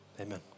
Amen